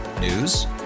News